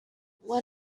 what